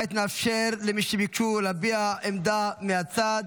כעת נאפשר למי שביקשו להביע עמדה מהצד.